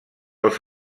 els